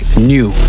new